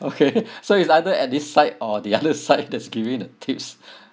okay so it's either at this side or the other side that's giving the tips